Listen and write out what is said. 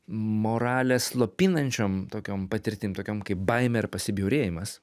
moralę slopinančiom tokiom patirtim tokiom kaip baimė ar pasibjaurėjimas